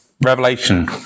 Revelation